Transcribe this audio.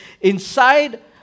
Inside